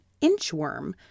inchworm